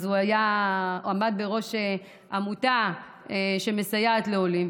הוא עמד בראש עמותה שמסייעת לעולים.